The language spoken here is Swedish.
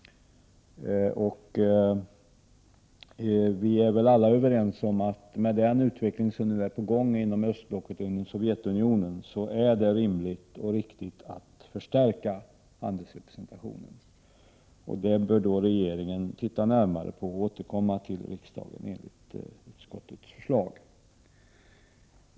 Alla är väl överens om att med den utveckling som nu är på gång inom Östblocket och Sovjetunionen är det rimligt och riktigt att förstärka handelsrepresentationen, och detta bör regeringen titta närmare på och återkomma till riksdagen om enligt utskottets förslag.